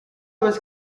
was